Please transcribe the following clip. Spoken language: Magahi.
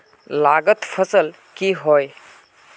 लागत फसल की होय?